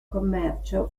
commercio